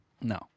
No